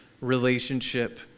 relationship